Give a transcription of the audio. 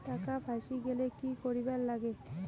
টাকা ফাঁসি গেলে কি করিবার লাগে?